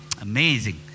Amazing